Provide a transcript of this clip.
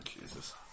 jesus